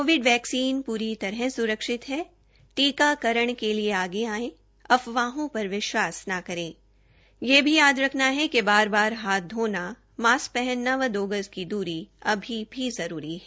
Covid vaccine पूरी तरह सुरक्षित है टीकाकरण के लिए आगे आएं अफवाहों पर विश्वास न करे यह भी याद रखना है कि बार बार हाथ धोना मास्क पहनना व दो गज की दूरी अभी भी जरूरी है